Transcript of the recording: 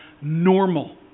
normal